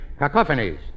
cacophonies